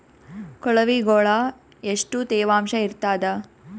ಕೊಳವಿಗೊಳ ಎಷ್ಟು ತೇವಾಂಶ ಇರ್ತಾದ?